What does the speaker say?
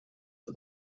for